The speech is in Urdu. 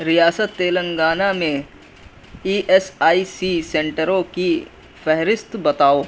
ریاست تلنگانہ میں ای ایس آئی سی سنٹروں کی فہرست بتاؤ